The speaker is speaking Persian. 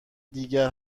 دیگر